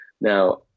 Now